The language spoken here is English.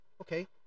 Okay